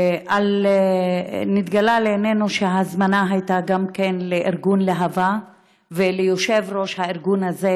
נתגלה לעינינו שההזמנה הייתה גם לארגון להב"ה וליושב-ראש הארגון הזה,